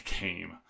game